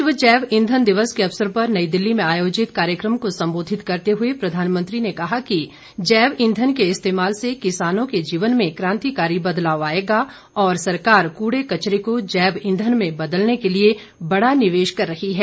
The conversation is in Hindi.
विश्व जैव ईंधन दिवस के अवसर पर नई दिल्ली में आयोजित कार्यक्रम को संबोधित करते हुए प्रधानमंत्री ने कहा कि जैव ईंधन के इस्तेमाल से किसानों के जीवन में क्रांतिकारी बदलाव आयेगा और सरकार कूडे कचरे को जैव ईंधन में बदलने के लिए बड़ा निवेश कर रही है